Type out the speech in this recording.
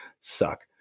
suck